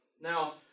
Now